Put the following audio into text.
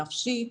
נפשית,